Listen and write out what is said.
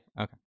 okay